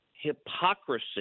hypocrisy